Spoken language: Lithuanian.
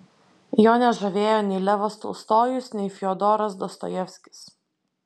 jo nežavėjo nei levas tolstojus nei fiodoras dostojevskis